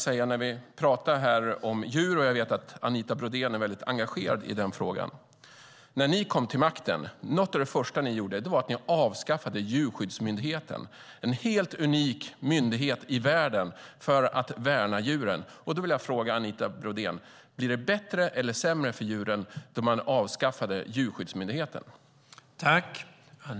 När vi pratar om djur - jag vet att Anita Brodén är väldigt engagerad i den frågan - skulle jag vilja säga att något av det första ni gjorde när ni kom till makten var att avskaffa Djurskyddsmyndigheten, en helt unik myndighet i världen för att värna djuren. Jag vill fråga Anita Brodén: Blev det bättre eller sämre för djuren då man avskaffade Djurskyddsmyndigheten?